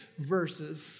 verses